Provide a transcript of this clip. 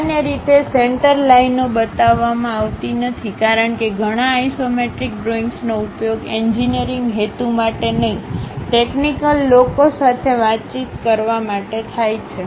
સામાન્ય રીતે સેન્ટર લાઇનઓ બતાવવામાં આવતી નથી કારણ કે ઘણા આઇસોમેટ્રિક ડ્રોઇંગ્સનો ઉપયોગ એન્જિનિયરિંગ હેતુ માટે નહીં ટેકનિકલ લોકો સાથે વાતચીત કરવા માટે થાય છે